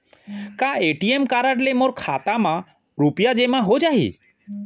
का ATM card ले मोर खाता म रुपिया जेमा हो जाही?